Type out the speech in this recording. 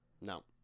No